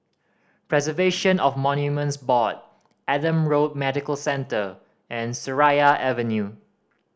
Preservation of Monuments Board Adam Road Medical Centre and Seraya Avenue